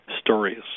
stories